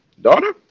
daughter